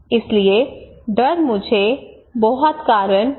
इसलिए डर मुझे बहुत कारण नहीं देगा